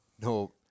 no